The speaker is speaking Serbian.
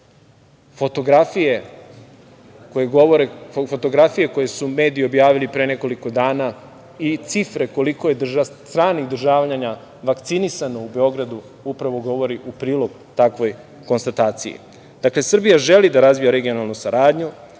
Fotografije koje su medije objavile pre nekoliko dana i cifre koliko je stranih državljana vakcinisano u Beogradu, upravo govori u prilog takvoj konstataciji. Srbija želi da razvija regionalnu saradnju,